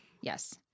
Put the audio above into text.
Yes